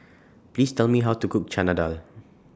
Please Tell Me How to Cook Chana Dal